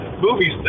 movies